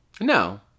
no